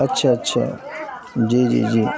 اچھا اچھا جی جی جی